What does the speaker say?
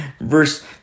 verse